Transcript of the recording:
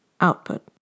output